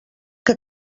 que